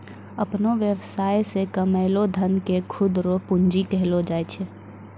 अपनो वेवसाय से कमैलो धन के खुद रो पूंजी कहलो जाय छै